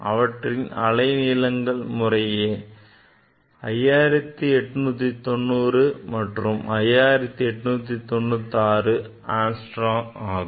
அவற்றின் அலை நீளங்கள் முறையே 5890 and 5896 angstrom ஆகும்